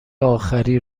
آخری